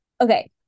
Okay